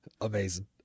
Amazing